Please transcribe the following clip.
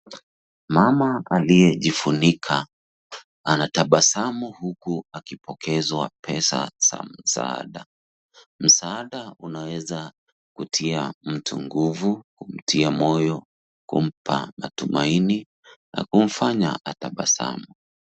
Mama aliyejifunika anatabasamu huku akipokezwa pesa za msaada . Msaada unaweza kutia mtu nguvu , kumtia moyo, kumpa matumaini na kumfanya atabasamu.